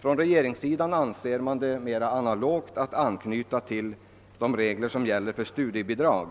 Från regeringssidan anser man det mera befogat att anknyta till de regler som gäller för studiebidrag.